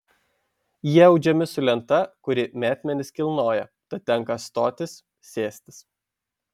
jie audžiami su lenta kuri metmenis kilnoja tad tenka stotis sėstis